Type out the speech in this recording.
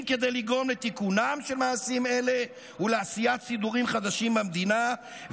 אם כדי לגרום לתיקונם של מעשים אלה ולעשיית סידורים חדשים במדינה,